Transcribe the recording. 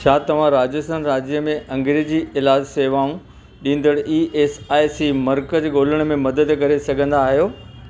छा तव्हां राजस्थान राज्य में अंग्रेज़ी इलाज सेवाऊं ॾींदड़ ई एस आई सी मर्कज़ ॻोल्हण में मदद करे सघंदा आहियो